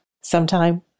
sometime